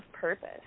purpose